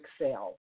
excel